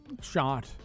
shot